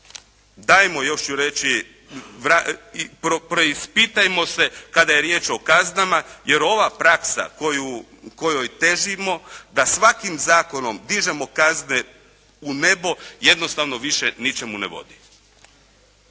Dajmo još ću reći, i preispitajmo se kada je riječ o kaznama, jer ova praksa kojoj težimo da svakim zakonom dižemo kazne u nebo, jednostavno više ničemu ne vodi.